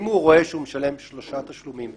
אם הוא רואה שהוא משלם שלושה תשלומים ברצף,